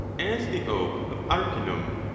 as the oak of arpinum,